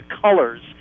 colors